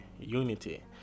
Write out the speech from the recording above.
unity